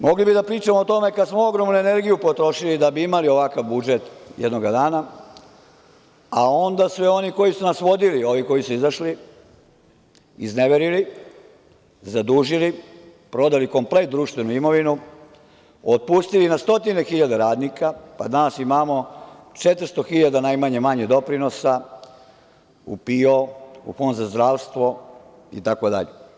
Mogli bi da pričamo o tome kako smo ogromnu energiju potrošili da bi imali ovakav budžet jednog dana, a onda su je oni koji su nas vodili, ovi koji su izašli, izneverili, zadužili, prodali komplet društvenu imovinu, otpustili na stotine hiljada radnika pa danas imamo 400 hiljada najmanje doprinosa u PIO, u Fond za zdravstvo itd.